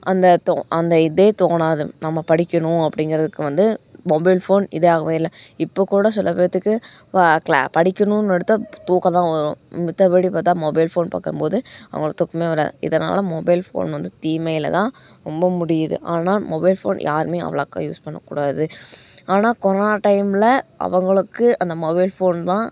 அந்த தோ அந்த இதே தோணாது நம்ம படிக்கணும் அப்படிங்கிறதுக்கு வந்து மொபைல் ஃபோன் இதாகவே இல்லை இப்போ கூட சில பேத்துக்கு வா கிளா படிக்கணுன்னு எடுத்தால் தூக்கந்தான் வரும் மத்தபடி பார்த்தா மொபைல் ஃபோன் பார்க்கம்போது அவங்களுக்கு தூக்கமே வராது இதனால் மொபைல் ஃபோன் வந்து தீமையில் தான் ரொம்ப முடியுது ஆனால் மொபைல் ஃபோன் யாருமே அவ்வளோக்கா யூஸ் பண்ணக்கூடாது ஆனால் கொரோனா டைமில் அவங்களுக்கு அந்த மொபைல் ஃபோன் தான்